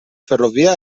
ferrovia